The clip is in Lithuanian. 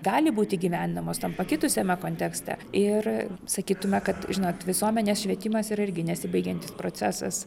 gali būti įgyvendinamos tam pakitusiame kontekste ir sakytume kad žinot visuomenės švietimas yra irgi nesibaigiantis procesas